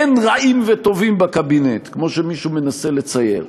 אין רעים וטובים בקבינט, כמו שמישהו מנסה לצייר.